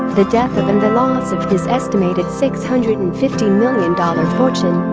the death of and the loss of his estimated six hundred and fifty million dollars fortune